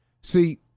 See